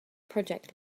project